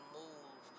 move